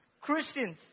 Christians